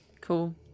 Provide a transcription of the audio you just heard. Cool